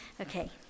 Okay